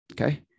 Okay